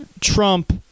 Trump